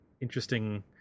interesting